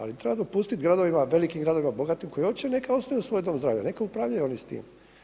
Ali treba dopustiti gradovima velikim gradovima, bogatim gradovima koji hoće neka osnuju svoj dom zdravlja, neka upravljaju oni s tim.